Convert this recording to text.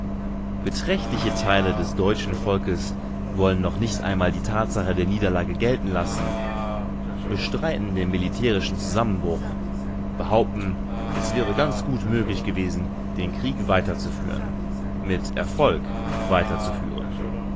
beträchtliche teile des deutschen volkes wollen noch nicht einmal die tatsache der niederlage gelten lassen bestreiten den militärischen zusammenbruch behaupten es wäre ganz gut möglich gewesen den krieg weiterzuführen mit erfolg weiterzuführen